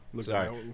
Sorry